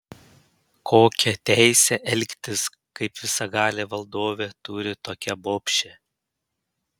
kokią teisę elgtis kaip visagalė valdovė turi tokia bobšė